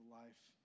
life